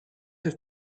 have